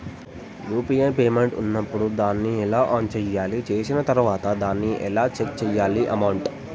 UPI payment ఉన్నప్పుడు దాన్ని ఎలా ఆన్ చేయాలి? చేసిన తర్వాత దాన్ని ఎలా చెక్ చేయాలి అమౌంట్?